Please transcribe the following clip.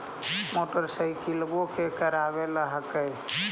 मोटरसाइकिलवो के करावे ल हेकै?